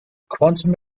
quantum